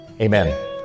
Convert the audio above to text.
Amen